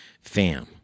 fam